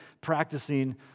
practicing